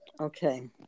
Okay